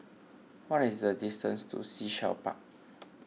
what is the distance to Sea Shell Park